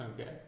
Okay